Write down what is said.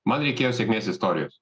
man reikėjo sėkmės istorijos